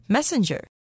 Messenger